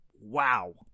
wow